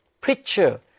preacher